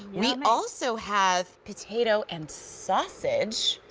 we also have potato and sausage.